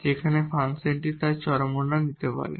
যেখানে ফাংশনটি তার এক্সট্রিমা নিতে পারে